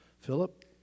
Philip